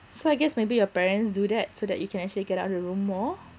so I guess maybe your parents do that so that you can actually get out the room more